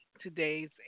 today's